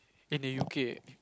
in the U_K